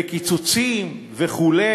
על קיצוצים וכו'